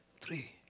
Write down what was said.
three